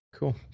Cool